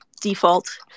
default